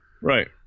Right